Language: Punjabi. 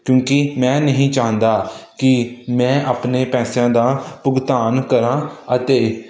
ਕਿਉਂਕਿ ਮੈਂ ਨਹੀਂ ਚਾਹੁੰਦਾ ਕਿ ਮੈਂ ਆਪਣੇ ਪੈਸਿਆਂ ਦਾ ਭੁਗਤਾਨ ਕਰਾਂ ਅਤੇ